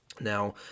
Now